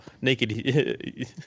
naked